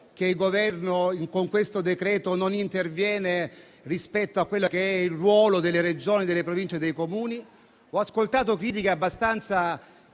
che il Governo con questo decreto non interviene rispetto a quello che è il ruolo delle Regioni, delle Province e dei Comuni. Ho ascoltato critiche abbastanza